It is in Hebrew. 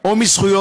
או מזכויות,